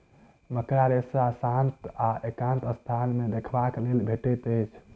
मकड़ा रेशा शांत आ एकांत स्थान मे देखबाक लेल भेटैत अछि